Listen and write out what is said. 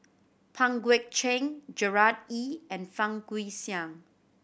Pang Guek Cheng Gerard Ee and Fang Guixiang